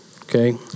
Okay